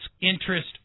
interest